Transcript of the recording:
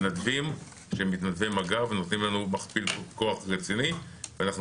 מתנדבי מג"ב נותנים לנו מכפיל כוח רציני ואנחנו